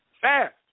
Fast